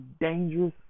dangerous